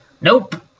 Nope